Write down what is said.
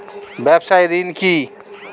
ব্যবসায় ঋণ কি?